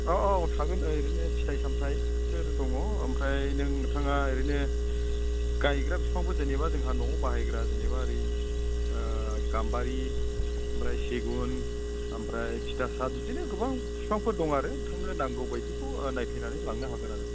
औ औ औ थागोन ओरैनो फिथाय सामथायफोर दङ ओमफ्राय नोंथाङा ओरैनो गायग्रा बिफांफोर जेनेबा जोंहा न'आव बाहायग्रा जेनेबा ओरै गामबारि ओमफ्राय सेगुन ओमफ्राय टितासाफ बिदिनो गोबां बिफांफोर दं आरो नोंथांनो नांगौबायदिखौ नायफैनानै लांनो हागोन आरो